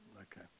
Okay